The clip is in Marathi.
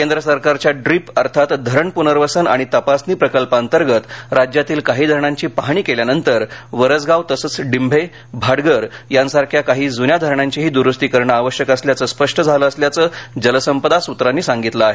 केंद्र सरकारच्या ड्रीप अर्थात धरण प्नर्वसन आणि तपासणी प्रकल्पाअंतर्गत राज्यातील काही धरणांची पाहणी केल्यानंतर वरसगाव तसंच डिंभे भाटघर यासारख्या काही ज्न्या धरणांचीही द्रुस्ती करणे आवश्यक असल्याचं स्पष्ट झालं असल्याचं जलसंपदा सूत्रांनी सांगितलं आहे